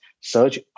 search